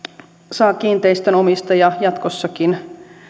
saa kiinteistönomistaja jatkossakin